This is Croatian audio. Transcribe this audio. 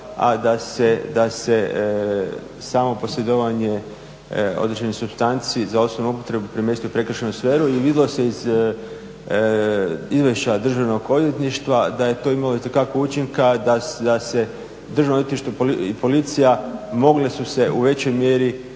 a da se samo posjedovanje određenih supstanci za osobnu upotrebu premjestio u prekršajnu sferu i vidjelo se iz izvješća Državno odvjetništva da je to imalo itekakvog učinka da se Državno odvjetništvo i policija mogle su se u većoj mjeri